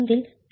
4 ஆகும்